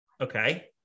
Okay